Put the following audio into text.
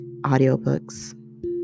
audiobooks